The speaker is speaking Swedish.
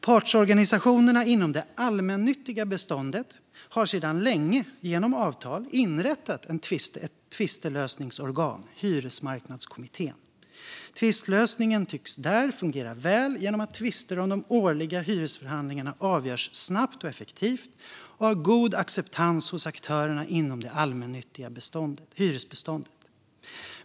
Partsorganisationerna inom det allmännyttiga beståndet har sedan länge genom avtal inrättat ett tvistlösningsorgan, Hyresmarknadskommittén. Tvistlösningen tycks där fungera väl genom att tvister om de årliga hyresförhandlingarna avgörs snabbt och effektivt och har god acceptans hos aktörerna inom det allmännyttiga hyresbeståndet.